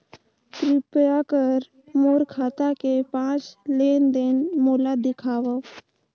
कृपया कर मोर खाता के पांच लेन देन मोला दिखावव